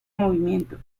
movimiento